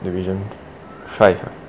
division five ah